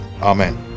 Amen